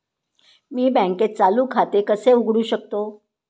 मी बँकेत चालू खाते कसे उघडू शकतो?